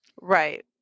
right